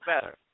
better